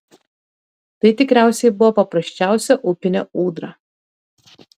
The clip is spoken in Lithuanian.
tai tikriausiai buvo paprasčiausia upinė ūdra